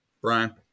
brian